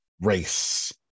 race